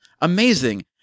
amazing